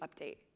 update